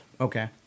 okay